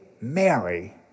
Mary